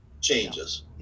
changes